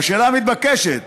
השאלה מתבקשת: